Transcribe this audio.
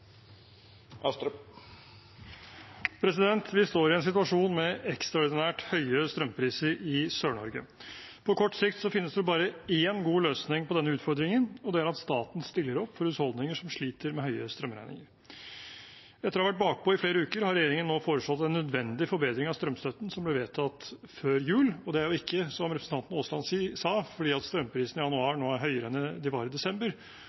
at staten stiller opp for husholdninger som sliter med høye strømregninger. Etter å ha vært bakpå i flere uker har regjeringen nå foreslått en nødvendig forbedring av strømstøtten som ble vedtatt før jul. Det er ikke, som representanten Aasland sa, fordi strømprisene i januar er høyere enn de var i desember